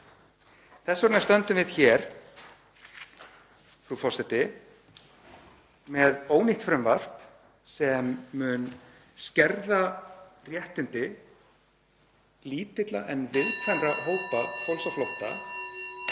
Þess vegna stöndum við hér, frú forseti, með ónýtt frumvarp sem mun skerða réttindi lítilla en viðkvæmra hópa fólks á flótta,